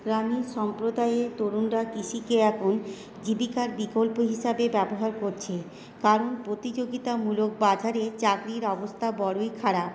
প্রাণী সম্প্রদায়ে তরুণরা কৃষিকে এখন জীবিকার বিকল্প হিসেবে ব্যবহার করছে কারণ প্রতিযোগিতামূলক বাজারে চাকরির অবস্থা বড়ই খারাপ